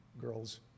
girls